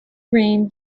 rain